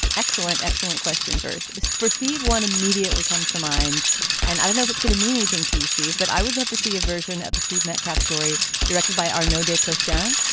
excellent, excellent question. first for steve, one immediately comes to mind and i don't know if it's going to mean anything to you, steve, but i would love to see a version of the steve metcalf story directed by our no day ploughshare.